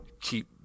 keep